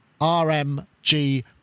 RMG